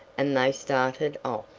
and they started off.